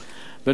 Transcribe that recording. בנוסף,